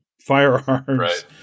firearms